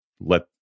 let